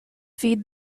feed